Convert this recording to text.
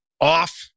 off